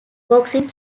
boxing